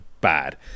bad